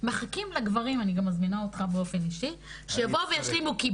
מחכים לגברים אני גם מזמינה אותך באופן אישי שיבואו וישלימו.